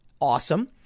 Awesome